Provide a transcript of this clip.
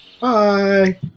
Bye